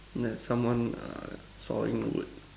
and then someone err sawing the wood